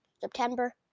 September